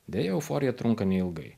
deja euforija trunka neilgai